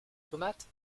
tomates